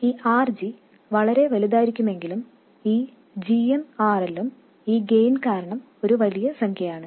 ഈ RG വളരെ വലുതായിരിക്കുമെങ്കിലും ഈ gmRL ഉം ഈ ഗെയിൻ കാരണം ഒരു വലിയ സംഖ്യയാണ്